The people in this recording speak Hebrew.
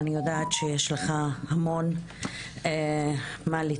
אני יודעת שיש לך המון מה לטפל.